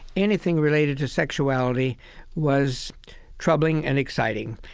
anything related to sexuality was troubling and exciting.